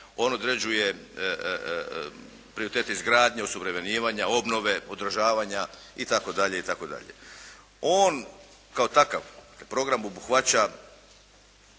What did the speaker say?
on određuje prioritete izgradnje, osuvremenjivanja, obnove, održavanja itd., itd.. On, kao takav, program obuhvaća